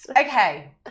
Okay